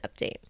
Update